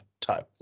time